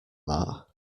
that